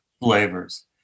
flavors